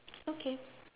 okay